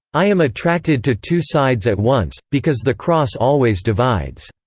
i am attracted to two sides at once, because the cross always divides.